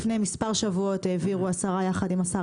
לפני מספר שבועות העבירה השרה יחד עם השר